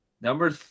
number